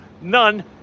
None